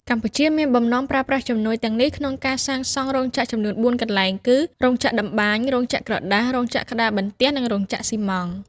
កម្ពុជាមានបំណងប្រើប្រាស់ជំនួយទាំងនេះក្នុងការសាងសង់រោងចក្រចំនួន ៤ កន្លែងគឺ រោងចក្រតម្បាញ រោងចក្រក្រដាស រោងចក្រក្តារបន្ទះ និងរោងចក្រស៊ីម៉ងត៍។